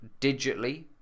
digitally